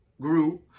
grew